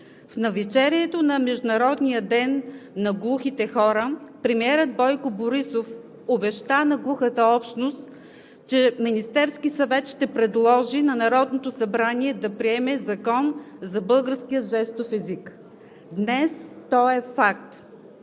В навечерието на Международния ден на глухите хора премиерът Бойко Борисов обеща на глухата общност, че Министерският съвет ще предложи на Народното събрание да приеме Закон за българския жестов език. Днес той е факт